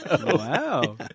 Wow